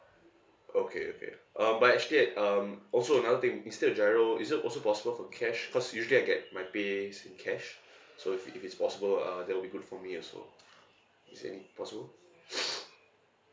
okay okay um but actually it um also another thing instead of GIRO is it also possible for cash cause usually I get my pays in cash so if it if it's possible uh that will be good for me also is it any possible